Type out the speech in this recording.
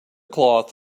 cloth